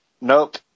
Nope